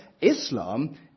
Islam